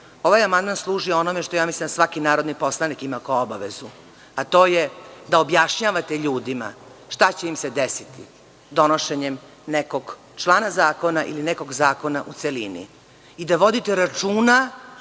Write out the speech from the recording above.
Ovaj amandman služi onome što mislim da svaki narodni poslanik ima kao obavezu, a to je da objašnjavate ljudima šta će im se desiti donošenjem nekog člana zakona ili nekog zakona u celini i da vodite računa